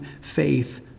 faith